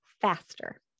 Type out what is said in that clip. faster